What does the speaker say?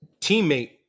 teammate